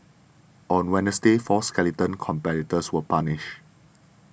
on Wednesday four skeleton competitors were punished